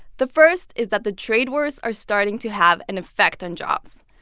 the first is that the trade wars are starting to have an effect on jobs.